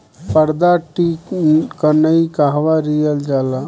पारद टिक्णी कहवा कयील जाला?